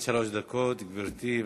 עד שלוש דקות, גברתי.